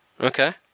Okay